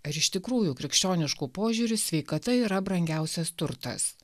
ar iš tikrųjų krikščionišku požiūriu sveikata yra brangiausias turtas